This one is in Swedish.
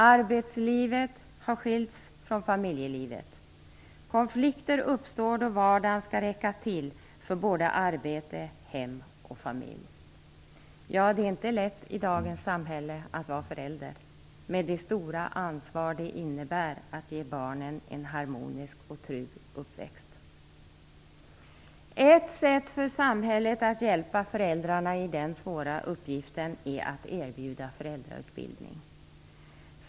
Arbetslivet har skilts från familjelivet. Konflikter uppstår då vardagen skall räcka till för både arbete, hem och familj. Det är inte lätt i dagens samhälle att vara förälder, med det stora ansvar det innebär att ge barnen en harmonisk och trygg uppväxt. Ett sätt för samhället att hjälpa föräldrarna i den svåra uppgiften är att erbjuda föräldrautbildning.